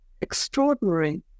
extraordinary